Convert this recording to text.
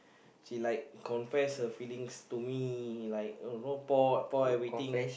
she like confess her feelings to me like a robot about everything